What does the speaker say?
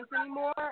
anymore